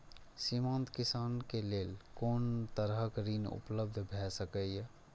सीमांत किसान के लेल कोन तरहक ऋण उपलब्ध भ सकेया?